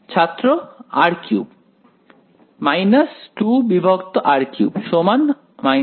ছাত্র r3 2r3 সমান r22